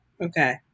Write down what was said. Okay